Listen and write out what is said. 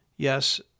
Yes